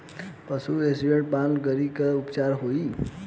पशु एसिड पान करी त का उपचार होई?